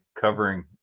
covering